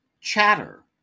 Chatter